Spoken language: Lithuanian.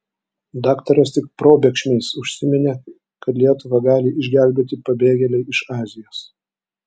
daktaras tik probėgšmais užsiminė kad lietuvą gali išgelbėti pabėgėliai iš azijos